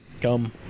come